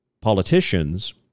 politicians